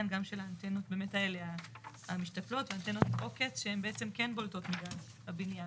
גם של האנטנות המשתפלות ואנטנות עוקץ שהן כן בולטות מגג הבנין.